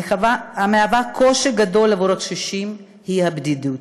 המהווה קושי גדול עבור הקשישים, היא הבדידות.